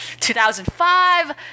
2005